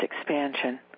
expansion